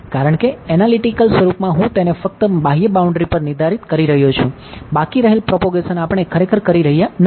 કારણ કે એનાલિટિકલ નું સમીકરણ લાદીએ છીએ જે તે થઈ રહ્યું છે